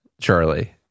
Charlie